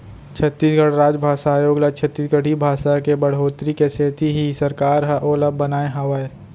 छत्तीसगढ़ राजभासा आयोग ल छत्तीसगढ़ी भासा के बड़होत्तरी के सेती ही सरकार ह ओला बनाए हावय